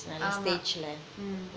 ஆமா:ama mm